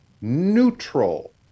neutral